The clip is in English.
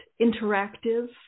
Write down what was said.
interactive